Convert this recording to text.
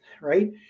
right